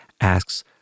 asks